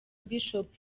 bishop